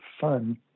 fun